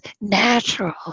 natural